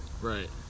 Right